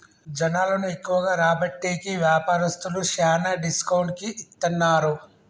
జనాలను ఎక్కువగా రాబట్టేకి వ్యాపారస్తులు శ్యానా డిస్కౌంట్ కి ఇత్తన్నారు